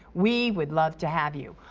we would love to have you.